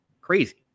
crazy